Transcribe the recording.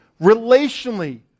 relationally